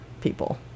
people